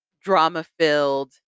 drama-filled